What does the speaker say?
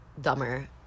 dumber